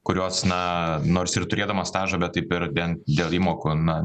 kurios na nors ir turėdamos stažą bet taip ir bent dėl įmokų na